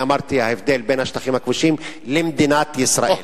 אני אמרתי: ההבדל בין השטחים הכבושים למדינת ישראל.